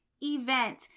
event